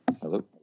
Hello